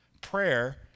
Prayer